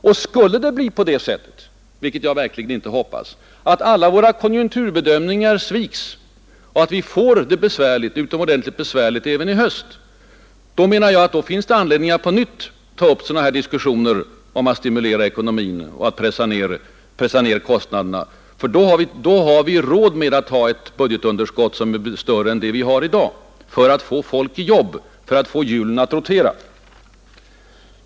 Och skulle det bli på det sättet — vilket jag verkligen inte hoppas — att alla våra konjunkturbedömningar sviks och vi får det utomordentligt besvärligt även i höst, så finns det anledning att på nytt ta upp en ny diskussion om att stimulera ekonomin och att pressa ner kostnaderna, ty då har vi råd att ta ett budgetunderskott som är större än det vi har i dag — för att få folk i jobb, för att få hjulen att rotera.